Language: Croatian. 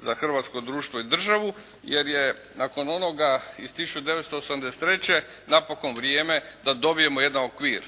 za Hrvatsko društvo i državu jer je nakon onoga iz 1983. napokon vrijeme da dobijemo jedan okvir.